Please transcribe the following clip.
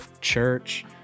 church